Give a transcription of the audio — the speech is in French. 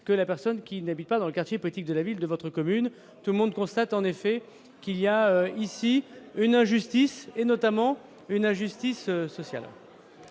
que la personne qui n'habitent pas dans le quartier, politique de la ville de votre commune, tout le monde constate en effet. Qu'il y a ici une injustice et notamment une injustice sociale